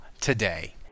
today